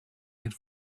had